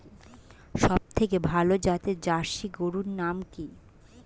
সবথেকে ভালো জাতের জার্সি গরুর নাম কি?